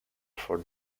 for